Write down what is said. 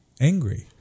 angry